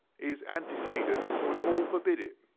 his antecedents would all forbid it